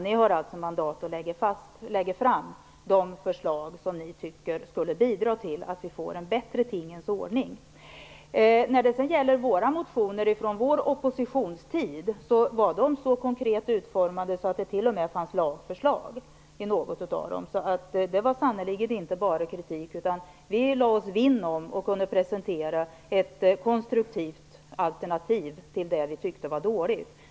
Ni har mandat att lägga fram de förslag ni tycker skulle bidra till att vi får en bättre tingens ordning. Våra motioner från vår oppositionstid var så konkret utformade att det t.o.m. fanns lagförslag i någon av dem. Det var sannerligen inte bara kritik. Vi lade oss vinn om och kunde presentera ett konstruktivt alternativ till det vi tyckte var dåligt.